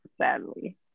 sadly